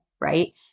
right